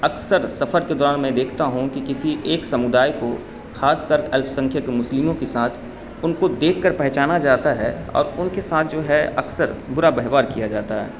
اکثر سفر کے دوران میں دیکھتا ہوں کہ کسی ایک سمودائے کو خاص کر الپسنکھیک کے مسلموں کے ساتھ ان کو دیکھ کر پہچانا جاتا ہے اور ان کے ساتھ جو ہے اکثر برا ویوہار کیا جاتا ہے